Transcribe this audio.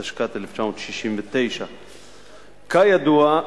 התשכ"ט 1969. כידוע,